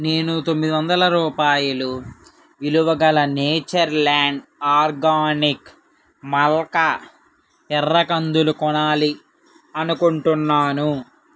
నేను తొమ్మిది వందల రూపాయల విలువ గల నేచర్ ల్యాండ్ ఆర్గానిక్ మల్కా ఎర్ర కందులు కొనాలి అనుకుంటున్నాను